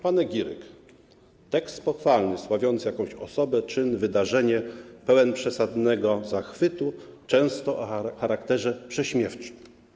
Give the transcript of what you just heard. Panegiryk - tekst pochwalny sławiący jakąś osobę, czyn, wydarzenie, pełen przesadnego zachwytu, często o charakterze prześmiewczym.